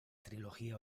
trilogía